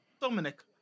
Dominic